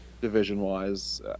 division-wise